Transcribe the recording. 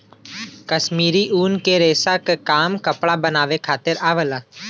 कश्मीरी ऊन के रेसा क काम कपड़ा बनावे खातिर आवला